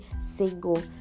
single